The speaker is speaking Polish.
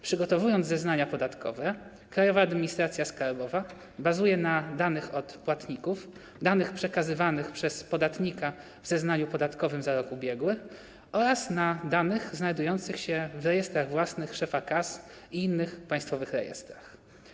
Przygotowując zeznania podatkowe, Krajowa Administracja Skarbowa bazuje na danych od płatników, danych przekazywanych przez podatnika w zeznaniu podatkowym za rok ubiegły oraz na danych znajdujących się w rejestrach własnych szefa KAS i innych państwowych rejestrach.